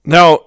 Now